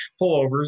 pullovers